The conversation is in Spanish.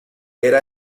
era